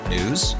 News